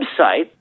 website –